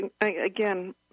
again